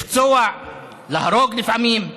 לפצוע, להרוג, לפעמים,